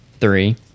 three